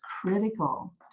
critical